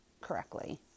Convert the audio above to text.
correctly